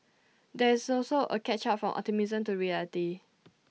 there is also A catch up from optimism to reality